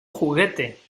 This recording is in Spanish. juguete